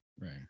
right